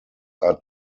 are